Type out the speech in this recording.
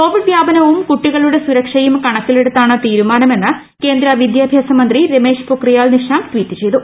Covid വ്യാപനവും കുട്ടികളുടെ സുരക്ഷയും കണക്കിലെടുത്താണ് തീരുമാനമെന്ന് കേന്ദ്ര വിദ്യാഭ്യാസ മന്ത്രി രമേശ് പൊക്രിയാൽ നിഷാങ്ക് ട്വീറ്റ് ചെയ്തു